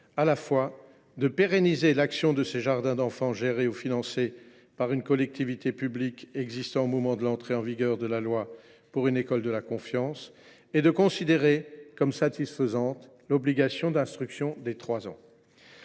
permettra de pérenniser les jardins d’enfants gérés ou financés par une collectivité publique qui existaient au moment de l’entrée en vigueur de la loi pour une école de la confiance et de considérer comme satisfaite l’obligation d’instruction dès l’âge de